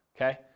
okay